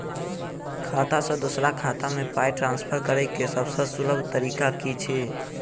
खाता सँ दोसर खाता मे पाई ट्रान्सफर करैक सभसँ सुलभ तरीका की छी?